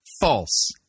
false